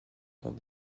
dans